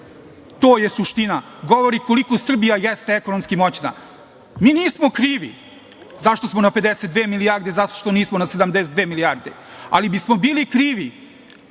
To je suština. Govori koliko Srbija jeste ekonomski moćna. Mi nismo krivi zašto smo na 52 milijarde, zašto nismo na 72 milijarde, ali bismo bili krivi